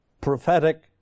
prophetic